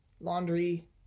laundry